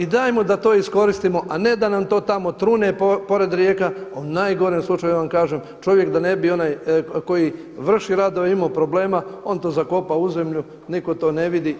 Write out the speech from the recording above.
Dajmo mu da to iskoristimo, a ne da nam to tamo trune pored rijeka, u najgorem slučaju ja vam kažem, čovjek da ne bi onaj koji vrši radove imao problema on to zakopa u zemlju, nitko to ne vidi.